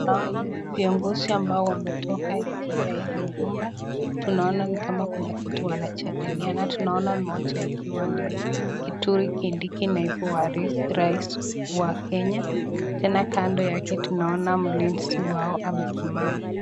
Tunaona viongozi ambao wametoka nje ya hili nyumba. Tunaona ni kama kuna kitu wanajadiliana. Tunaona mmoja akiwa ni Kithure Kindiki, naibu wa rais wa kenya, tena kando yake tunaona mlinzi amesimama.